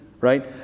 Right